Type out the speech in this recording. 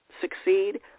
succeed